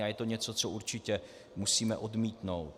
A je to něco, co určitě musíme odmítnout.